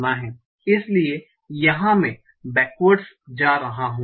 इसलिए यहां मैं बेकवर्ड्स जा रहा हूं